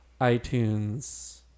iTunes